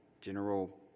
General